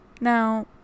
Now